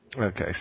Okay